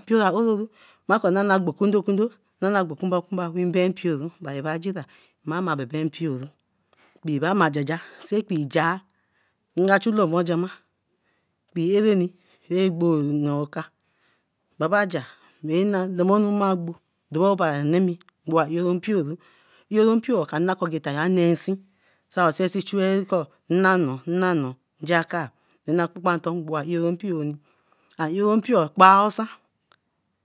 mpio ra ororu mako rin ogbo kundo kundo nane gbo kunba kunba wee ben mpiora ajira benben mpio. kpee baba jaja, ekpee jar nga chu lomo jama. Yoro mpio kageta ra nerun si sa owa si si chuey nnano nnanoo njaka na kpupanton mpio kparu osai.